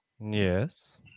yes